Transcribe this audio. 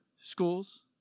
schools